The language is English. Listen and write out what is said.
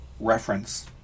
reference